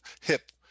hip